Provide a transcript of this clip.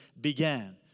began